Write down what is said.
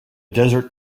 desert